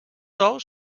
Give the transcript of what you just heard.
ous